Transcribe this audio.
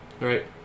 right